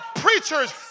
preachers